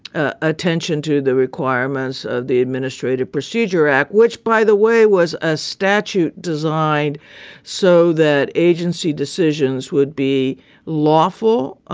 attention to the requirements of the administrative procedure act, which, by the way, was a statute designed so that agency decisions would be lawful,